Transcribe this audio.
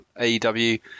AEW